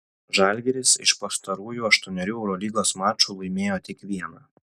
žalgiris iš pastarųjų aštuonerių eurolygos mačų laimėjo tik vieną